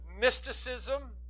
mysticism